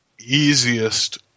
easiest